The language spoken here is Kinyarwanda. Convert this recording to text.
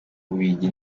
bubiligi